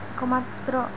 କୁମାତ୍ର